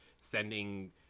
sending